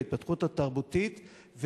בהתפתחות התרבותית,